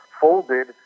folded